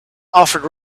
offered